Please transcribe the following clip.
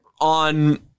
On